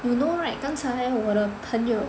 you know right 刚才我的朋友